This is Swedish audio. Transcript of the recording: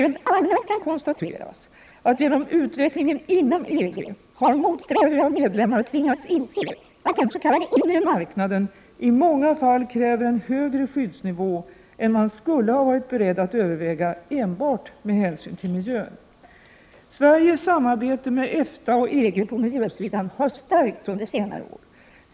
Rent allmänt kan konstateras, att genom utvecklingen inom EG har motsträviga medlemmar tvingats inse att den s.k. inre marknaden i många fall kräver en högre skyddsnivå än man skulle ha varit beredd att överväga enbart med hänsyn till miljön. Sveriges samarbete med EFTA och EG på miljösidan har stärkts under senare år.